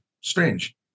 strange